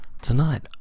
Tonight